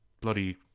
bloody